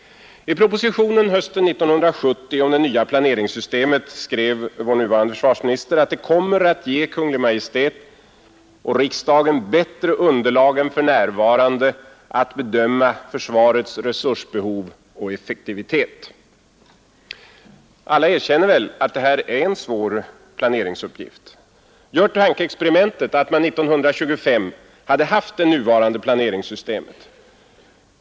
I propositionen hösten 1970 om det nya planeringssystemet skrev vår nuvarande försvarsminister att ”det kommer att ge Kungl. Maj:t och riksdagen bättre underlag än f. n. att bedöma försvarets resursbehov och effektivitet”. Alla erkänner väl att detta är en svår planeringsuppgift. Gör tankeexperimentet att man år 1925 hade haft det nuvarande planeringssystemet.